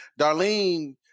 Darlene